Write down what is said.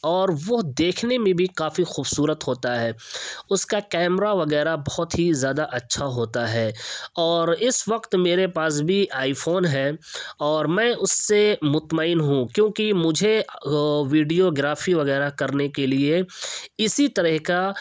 اور وہ دیکھنے میں بھی کافی خوبصورت ہوتا ہے اس کا کیمرہ وگیرہ بہت ہی زیادہ اچھا ہوتا ہے اور اس وقت میرے پاس بھی آئی فون ہے اور میں اس سے مطمئن ہوں کیونکہ مجھے ویڈیو گرافی وغیرہ کرنے کے لیے اسی طرح کا